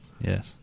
Yes